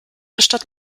statt